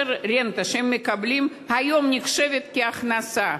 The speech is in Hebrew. כאשר הרנטה שהם מקבלים היום נחשבת להכנסה,